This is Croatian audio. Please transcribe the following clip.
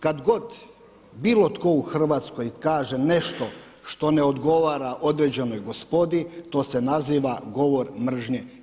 Kada god bilo tko u Hrvatskoj kaže nešto što ne odgovara određenoj gospodi, to se naziva govor mržnje.